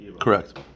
Correct